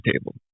table